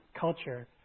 culture